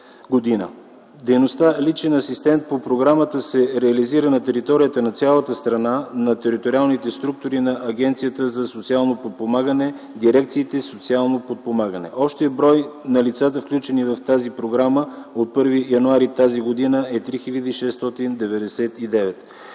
Дейността „личен асистент” по програмата се реализира на територията на цялата страна, на териториалните структури на Агенцията за социално подпомагане, дирекциите „Социално подпомагане”. Общият брой на лицата, включени в тази програма от 1 януари т.г., е 3699.